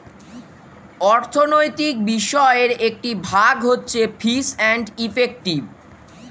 অর্থনৈতিক বিষয়ের একটি ভাগ হচ্ছে ফিস এন্ড ইফেক্টিভ